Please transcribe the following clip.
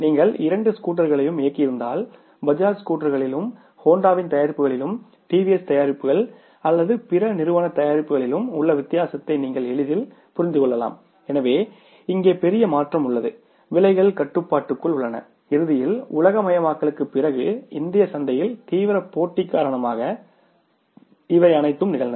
நீங்கள் இரண்டு ஸ்கூட்டர்களையும் இயக்கியிருந்தால் பஜாஜ் ஸ்கூட்டரிலும் ஹோண்டாவின் தயாரிப்புகளிலும் டிவிஎஸ் தயாரிப்புகள் அல்லது பிற நிறுவன தயாரிப்புகளிலும் உள்ள வித்தியாசத்தை நீங்கள் புரிந்து கொள்ளலாம் எனவே இங்கே பெரிய மாற்றம் உள்ளது விலைகள் கட்டுப்பாட்டுக்குள் உள்ளன இறுதியில் உலகமயமாக்கலுக்குப் பிறகு இந்திய சந்தையில் தீவிரமான போட்டி காரணமாக இவை அனைத்தும் நிகழ்ந்தன